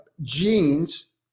genes